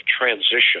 transition